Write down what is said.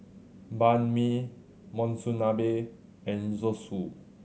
Banh Mi Monsunabe and Zosui